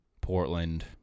Portland